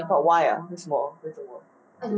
but why ah 为什么为什么